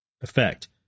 Effect